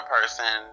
person